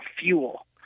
fuel